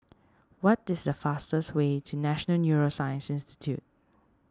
what is the fastest way to National Neuroscience Institute